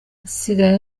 nsigaye